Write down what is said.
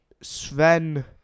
Sven